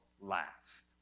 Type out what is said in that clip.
last